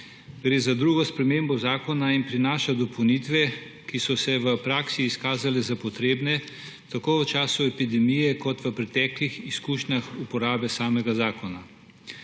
Gre za drugo spremembo zakona in prinaša dopolnitve, ki so se v praksi izkazale za potrebne tako v času epidemije kot v preteklih izkušnjah uporabe samega zakona.